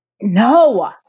no